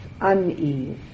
unease